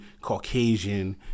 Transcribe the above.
Caucasian